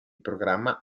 programma